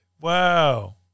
Wow